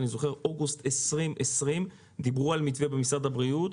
באוגוסט 2020 דיברו על מתווה במשרד הבריאות,